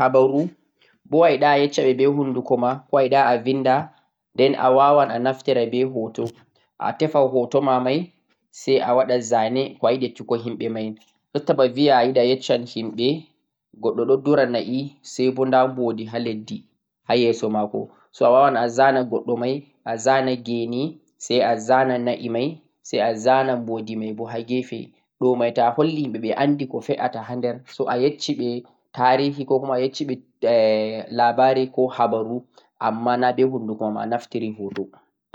Ta'ayiɗe a hokka himɓe habaru boo ayiɗa a yecceɓe be hunduko koh be bindi, awawan naftirgo be hoto koh zane sai azana koh ayiɗe yesh-shugo himɓe mai. Jutta bana veya ayiɗe yesh-shugo himɓe "Goɗɗo ɗon duraa naè, sai nda boodi ha lesdi ha yeso mako" so awawan a zana na'e mai be boodi mai sannan bo be gainako mai ha gefe. pat mo lari hoto mai andai koh hoto mai nufata